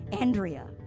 Andrea